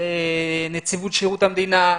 נציבות שירות המדינה.